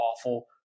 awful